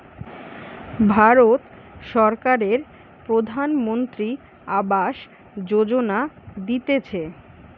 ভারত সরকারের প্রধানমন্ত্রী আবাস যোজনা দিতেছে